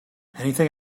anything